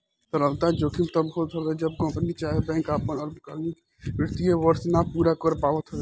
तरलता जोखिम तब होत हवे जब कंपनी चाहे बैंक आपन अल्पकालीन वित्तीय वर्ष ना पूरा कर पावत हवे